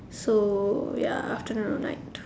so ya afternoon or night